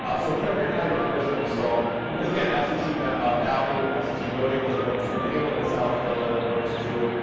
ah so record high numbers that we saw. because again absentee ah balloting, absentee voting was available to anyone in south carolina that wanted to do it,